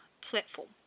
platform